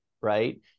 right